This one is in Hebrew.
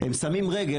הם "שמים רגל",